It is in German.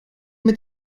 mit